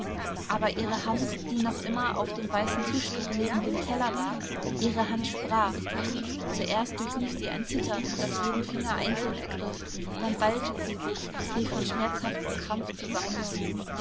aber ihre hand die noch immer auf dem weißen tischtuch neben dem teller lag ihre hand sprach zuerst durchlief sie ein zittern das jeden finger einzeln ergriff dann ballte sie sich wie von schmerzhaftem krampf zusammengezogen